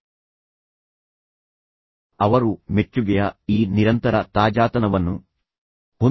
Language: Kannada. ಆದ್ದರಿಂದ ಪೂರ್ವಾಗ್ರಹಕ್ಕೆ ಒಳಗಾಗದೆ ಇಬ್ಬರ ಮಾತನ್ನೂ ಆಲಿಸಿ